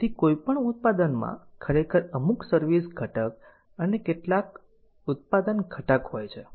તેથી કોઈપણ ઉત્પાદનમાં ખરેખર અમુક સર્વિસ ઘટક અને કેટલાક ઉત્પાદન ઘટક હોય છે